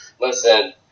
Listen